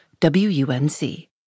WUNC